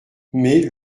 mais